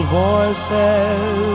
voices